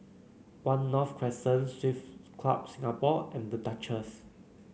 One North Crescent Club Singapore and The Duchess